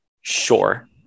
sure